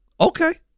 Okay